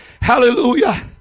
Hallelujah